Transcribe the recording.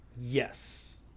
yes